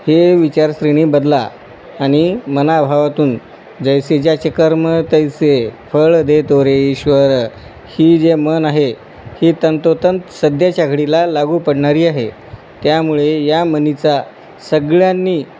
ही विचारसरणी बदला आणि मनाभावातून जैसे ज्याचे कर्म तैसे फळ दे तो रे ईश्वर ही जी म्हण आहे ही तंतोतंत सध्याच्या घडीला लागू पडणारी आहे त्यामुळे या म्हणीचा सगळ्यांनी